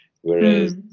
whereas